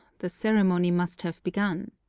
the ceremony must have begun.